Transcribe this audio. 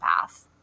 path